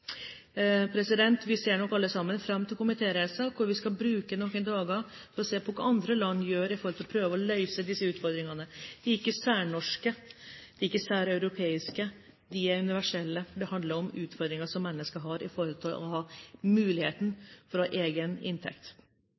Vi ser nok alle sammen fram til komitéreisen hvor vi skal bruke noen dager på å se på hva andre land gjør for å prøve å løse disse utfordringene – ikke særnorske, ikke særeuropeiske, men universelle. Det handler om utfordringer som mennesker har i forhold til å ha muligheten for å ha egen inntekt.